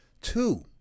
Two